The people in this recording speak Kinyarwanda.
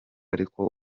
ariko